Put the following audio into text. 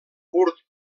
curt